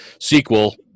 sequel